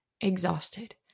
exhausted